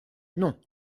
non